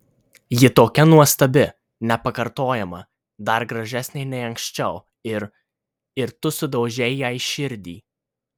ji tokia nuostabi nepakartojama dar gražesnė nei anksčiau ir ir tu sudaužei jai širdį